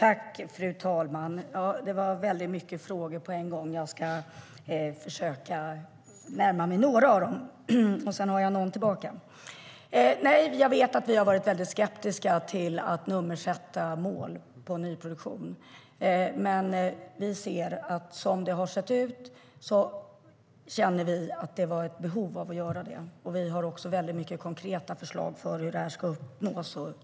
Fru talman! Det var väldigt många frågor på en gång. Jag ska försöka närma mig några av dem, och sedan har jag någon tillbaka. Jag vet att vi har varit skeptiska till att siffersätta mål för nyproduktion. Men nu känner vi att det finns ett behov av att göra det, beroende på hur det har sett ut. Vi har också många konkreta förslag för hur det ska uppnås.